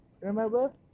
Remember